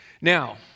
Now